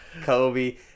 Kobe